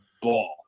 Ball